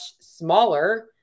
smaller